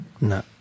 No